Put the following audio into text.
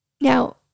Now